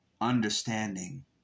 understanding